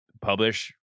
publish